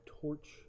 torch